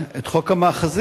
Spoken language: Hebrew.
את חוק המאחזים,